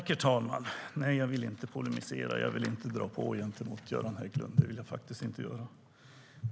Herr talman! Nej, jag vill inte polemisera. Jag vill inte dra på gentemot Göran Hägglund. Det vill jag faktiskt inte göra.